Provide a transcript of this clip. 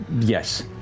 yes